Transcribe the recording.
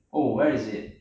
oh where is it